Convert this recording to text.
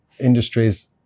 industries